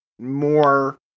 more